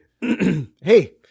hey